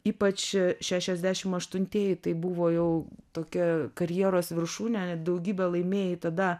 ypač šešiasdešim aštuntieji tai buvo jau tokia karjeros viršūnė daugybę laimėjai tada